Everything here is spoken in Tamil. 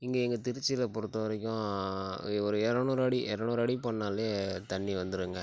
இங்கே எங்கள் திருச்சியில பொறுத்த வரைக்கும் எ ஒரு இரநூறடி இரநூறடி பண்ணாலே தண்ணி வந்துடுங்க